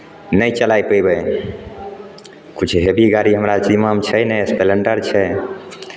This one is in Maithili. नहि चला पयबै किछु हेभी गाड़ी हमरा जिम्मामे छै नहि एसप्लेन्डर छै